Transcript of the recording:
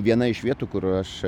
viena iš vietų kur aš